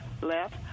left